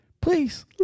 please